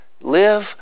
live